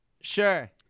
sure